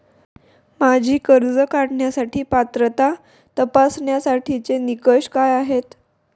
माझी कर्ज काढण्यासाठी पात्रता तपासण्यासाठीचे निकष काय आहेत?